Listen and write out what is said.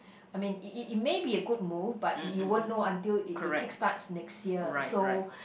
I mean it it it may be a good move but you won't know until it it kick starts next year so